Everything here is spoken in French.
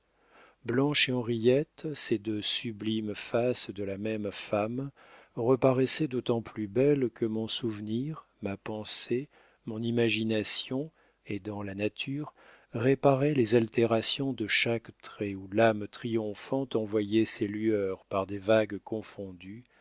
blanche et henriette ces deux sublimes faces de la même femme reparaissaient d'autant plus belles que mon souvenir ma pensée mon imagination aidant la nature réparaient les altérations de chaque trait où l'âme triomphante envoyait ses lueurs par des vagues confondues